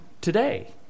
today